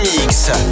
mix